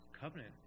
covenant